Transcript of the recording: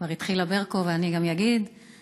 כבר התחילה ברקו וגם אני אגיד,